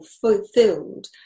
fulfilled